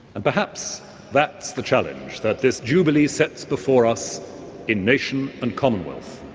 and perhaps that's the challenge that this jubilee sets before us in nation and commonwealth.